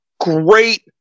Great